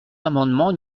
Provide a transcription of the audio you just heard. amendement